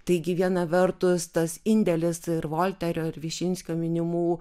taigi viena vertus tas indėlis ir volterio ir višinskio minimų